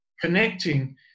Connecting